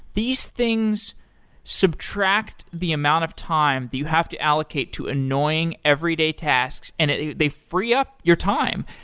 these things subtract the amount of time that you have to allocate to annoying everyday tasks and they free up your time.